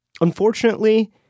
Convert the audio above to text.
Unfortunately